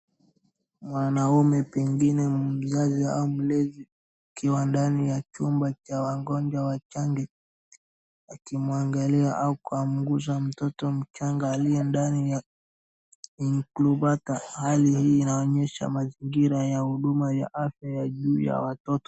Mwanaume pengine mzazi au mlezi, akiwa ndani ya chumba cha wagonjwa wachanga, akimwangalia au kuamnguza mtoto mchanga aliye ndani ya inclubata , hali hii inaonyesha mazingira ya huduma ya afya ya juu ya watoto.